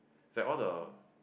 is like all the